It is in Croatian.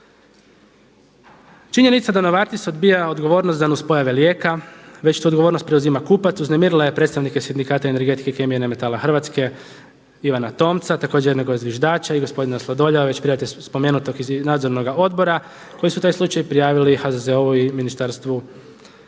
Činjenica da Novartis odbija odgovornost za nuspojave lijeka već tu odgovornost preuzima kupac uznemirila je predstavnike Sindikata energetike, kemije, nemetala Hrvatske Ivana Tomca, također jednog od zviždača i gospodina Sladoljeva već prije spomenutog iz Nadzornoga odbora koji su taj slučaj prijavili HZZO-u i Ministarstvu zdravstva.